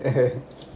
(uh huh)